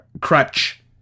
Crutch